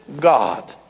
God